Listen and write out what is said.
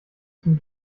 zum